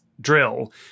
drill